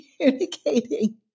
communicating